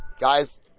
guys